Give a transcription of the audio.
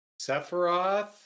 Sephiroth